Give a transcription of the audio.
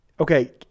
Okay